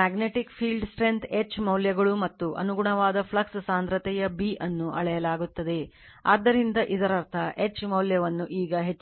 magnetic field strength H ಮೌಲ್ಯಗಳು ಮತ್ತು ಅನುಗುಣವಾದ ಫ್ಲಕ್ಸ್ ಸಾಂದ್ರತೆಯ B ಅನ್ನು ಅಳೆಯಲಾಗುತ್ತದೆ ಆದ್ದರಿಂದ ಇದರರ್ಥ H ಮೌಲ್ಯವನ್ನು ಈಗ ಹೆಚ್ಚಿಸುತ್ತಿದೆ